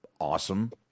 awesome